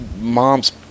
mom's